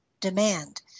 demand